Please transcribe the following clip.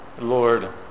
Lord